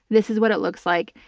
this is what it looks like.